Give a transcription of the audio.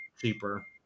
cheaper